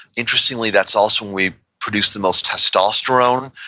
interestingly, that's also when we produce the most testosterone,